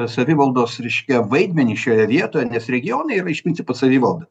savivaldos reiškia vaidmenį šioje vietoje nes regionai yra iš principo savivalda